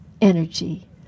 energy